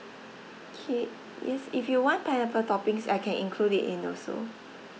K if if you want pineapple toppings I can include it in also